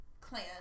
clan